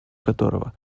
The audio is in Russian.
которого